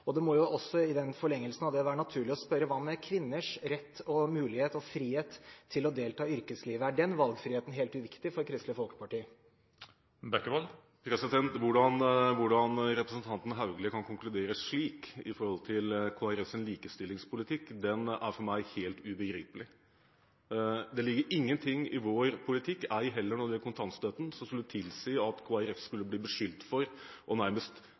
integrering. Det må i forlengelsen av det være naturlig å spørre: Hva med kvinners rett, mulighet og frihet til å delta i yrkeslivet? Er den valgfriheten helt uviktig for Kristelig Folkeparti? Hvordan representanten Haugli kan konkludere slik når det gjelder Kristelig Folkepartis likestillingspolitikk, er for meg helt ubegripelig. Det ligger ingenting i vår politikk, ei heller når det gjelder kontantstøtten, som tilsier at Kristelig Folkeparti skulle bli beskyldt for nærmest